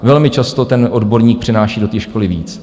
Velmi často odborník přináší do té školy víc.